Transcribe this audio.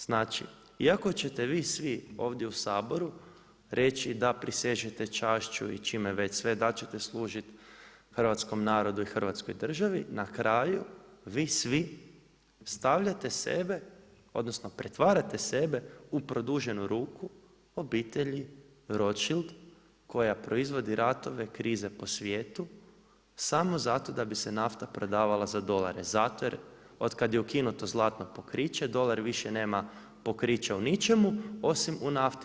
Znači iako ćete vi svi ovdje u Saboru reći da prisežete čašću i čime već sve, da ćete služiti hrvatskom narodu i Hrvatskoj državi, na kraju vi svi stavljate sebe odnosno pretvarate sebe u produženu ruku obitelji Rothschield koja proizvodi ratove, krize po svijetu samo zato da bi se nafta prodavala za dolare, zato jer od kada je ukinuto zlatno pokriće dolar više nema pokrića u ničemu osim u nafti.